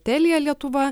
telia lietuva